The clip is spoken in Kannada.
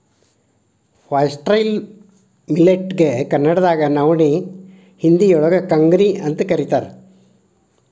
ಫಾಸ್ಟ್ರೈಲ್ ಮಿಲೆಟ್ ಗೆ ಕನ್ನಡದಾಗ ನವನಿ, ಹಿಂದಿಯೋಳಗ ಕಂಗ್ನಿಅಂತ ಕರೇತಾರ